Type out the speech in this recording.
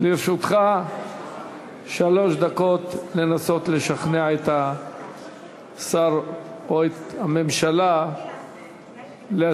לרשותך שלוש דקות לנסות לשכנע את השר או את הממשלה להסכים.